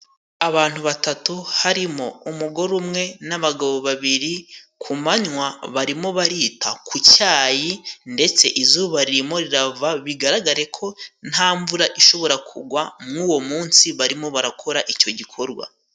Abantu batatu harimo umugore umwe n'abagabo babiri, ku manywa barimo barita ku cyayi ndetse izuba ririmo rirava, bigaragare ko nta mvura ishobora kugwa mu uwo munsi, barimo barakora icyo gikorwa.